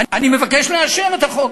אני מבקש לאשר את החוק.